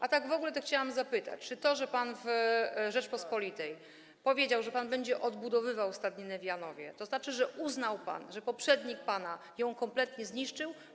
A tak w ogóle to chciałam zapytać, czy to, że pan w „Rzeczpospolitej” powiedział, że pan będzie odbudowywał stadninę w Janowie, to znaczy że uznał pan, że pana poprzednik ją kompletnie zniszczył?